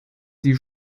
die